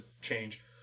change